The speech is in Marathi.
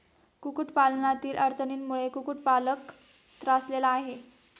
कुक्कुटपालनातील अडचणींमुळे कुक्कुटपालक त्रासलेला आहे